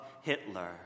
Hitler